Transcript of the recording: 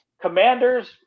Commanders